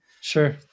Sure